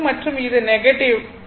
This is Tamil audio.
மற்றும் இது நெகட்டிவ் θ